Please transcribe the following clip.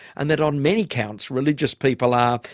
and that on many counts religious people are,